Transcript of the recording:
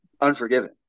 Unforgiven